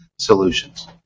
solutions